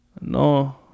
No